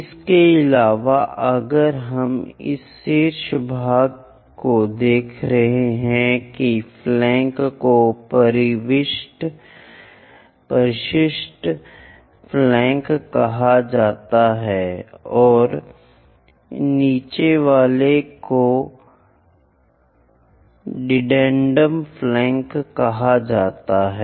इसके अलावा अगर हम इस शीर्ष भाग को देख रहे हैं कि फ्लैंक को परिशिष्ट फ्लैंक कहा जाता है और नीचे वाले को दिदेन्दुम फ्लैंक कहा जाता है